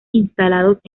instalados